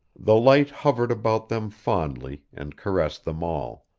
the light hovered about them fondly, and caressed them all.